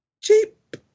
Cheap